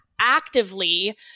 actively